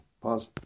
Pause